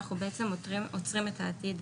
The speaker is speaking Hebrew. אנחנו עוצרים את העתיד.